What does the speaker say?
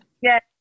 Yes